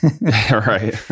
Right